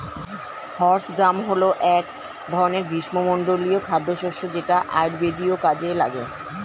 horse gram হল এক ধরনের গ্রীষ্মমণ্ডলীয় খাদ্যশস্য যেটা আয়ুর্বেদীয় কাজে লাগে